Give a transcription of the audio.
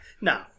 No